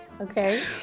Okay